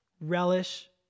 Relish